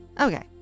Okay